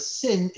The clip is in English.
sin